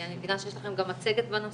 אני מבינה שיש לכם גם מצגת בנושא.